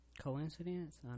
coincidence